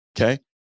Okay